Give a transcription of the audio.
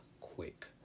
quick